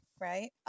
right